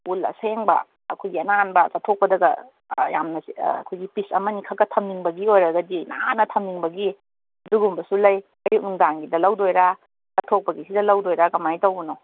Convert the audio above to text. wool ꯑꯁꯦꯡꯕ ꯑꯩꯈꯣꯏꯒꯤ ꯑꯅꯥꯟꯕ ꯆꯠꯊꯣꯛꯄꯗꯒ ꯑꯩꯈꯣꯏꯒꯤ ꯄꯤꯁ ꯑꯃꯅꯤ ꯈꯛꯀ ꯊꯝꯅꯤꯡꯕꯒꯤ ꯑꯣꯏꯔꯒꯗꯤ ꯅꯥꯟꯅ ꯊꯝꯅꯤꯡꯕꯒꯤ ꯑꯗꯨꯒꯨꯝꯕꯁꯨ ꯂꯩ ꯑꯌꯨꯛ ꯅꯨꯡꯗꯥꯡꯒꯤꯗ ꯂꯧꯗꯣꯏꯔꯥ ꯆꯠꯊꯣꯛꯄꯒꯤꯁꯤꯗ ꯂꯧꯗꯣꯏꯔꯥ ꯀꯃꯥꯏ ꯇꯧꯕꯅꯣ